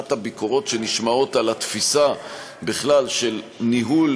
ואחת הביקורות שנשמעות על התפיסה בכלל של ניהול